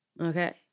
Okay